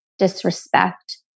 disrespect